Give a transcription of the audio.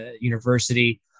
University